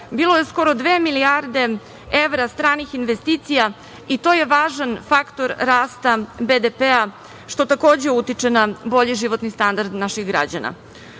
bilo je skoro dve milijarde evra stranih investicija i to je važan faktor rasta BDP što takođe utiče na bolji životni standard naših građana. Ako